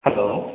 hello